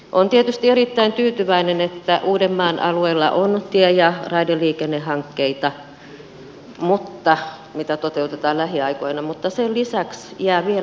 olen tietysti erittäin tyytyväinen että uudenmaan alueella on tie ja raideliikennehankkeita mitä toteutetaan lähiaikoina mutta sen lisäksi järvinen